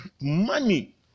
money